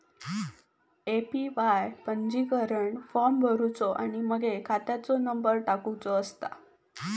APY पंजीकरण form भरुचो आणि मगे खात्याचो नंबर टाकुचो असता